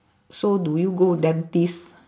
so do you go dentist